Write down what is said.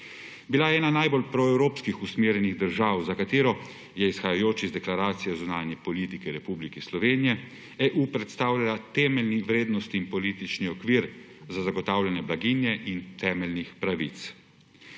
Bila je ena najbolj proevropsko usmerjenih držav, za katero je, izhajajoč iz Deklaracije o zunanji politiki Republike Slovenije, EU predstavljala temeljni vrednostni politični okvir za zagotavljanje blaginje in temeljnih pravic.